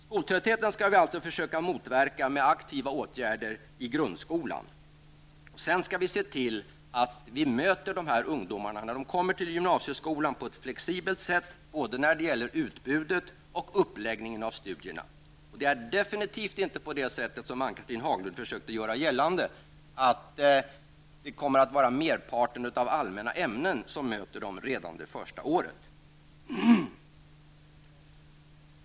Skoltrötthet skall vi alltså försöka motverka genom aktiva åtgärder i grundskolan. Sedan får vi se till att de här ungdomarna, när de kommer till gymnasieskolan, möts med flexibilitet både när det gäller utbud och uppläggning av studierna. Det är definitivt inte så, som Ann-Cathrine Haglund försökte göra gällande, nämligen att det är merparten av allmänna ämnen som möter eleverna redan under det första året.